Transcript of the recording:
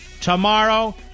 tomorrow